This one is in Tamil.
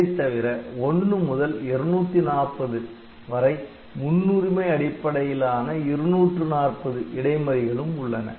இதைத்தவிர 1 முதல் 240 வரை முன்னுரிமை அடிப்படையிலான 240 இடைமறிகளும் உள்ளன